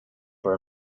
for